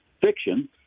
fiction